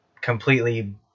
completely